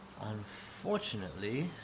Unfortunately